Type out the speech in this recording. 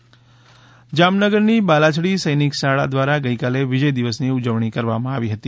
વિજય દિવસ ઉજવણી જામનગરની બાલાછડી સૈનિક શાળા દ્વારા ગઈકાલે વિજય દિવસની ઉજવણી કરવામાં આવી હતી